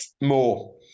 More